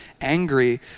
angry